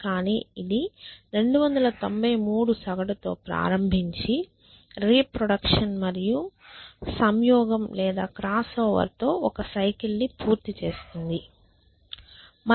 కాని ఇది 293 సగటుతో ప్రారంభించి రీప్రొడెక్షన్ మరియు సంయోగం లేదా క్రాస్ఓవర్ తో ఒక సైకిల్ ని పూర్తి చేసాము